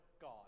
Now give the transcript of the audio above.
God